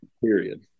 Period